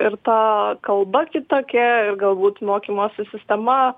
ir ta kalba kitokia ir galbūt mokymosi sistema